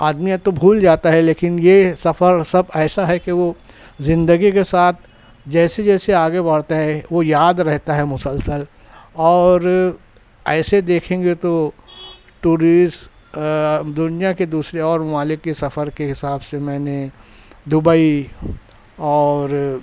آدمی یا تو بھول جاتا ہے لیکن یہ سفر سب ایسا ہے کہ وہ زندگی کے ساتھ جیسے جیسے آگے بڑھتے ہیں وہ یاد رہتا ہے مسلسل اور ایسے دیکھیں گے تو ٹورسٹ دنیا کے دوسرے اور ممالک کے سفر کے حساب سے میں نے دبئی اور